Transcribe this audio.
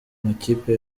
makipe